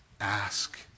ask